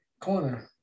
corner